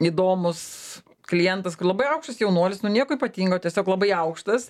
įdomus klientas kur labai aukštas jaunuolis nu nieko ypatingo tiesiog labai aukštas